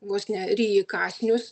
vos ne ryji kąsnius